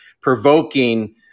provoking